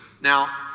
Now